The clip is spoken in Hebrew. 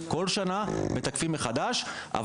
כל שנה מתקפים מחדש.